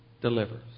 delivers